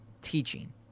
teaching